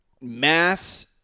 mass